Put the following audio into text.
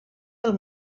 del